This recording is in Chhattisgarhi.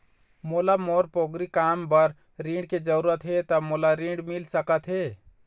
मोला मोर पोगरी काम बर ऋण के जरूरत हे ता मोला ऋण मिल सकत हे?